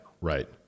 right